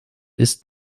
ist